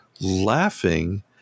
laughing